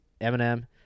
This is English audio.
Eminem